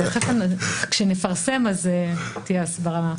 כשנפרסם תהיה הסברה.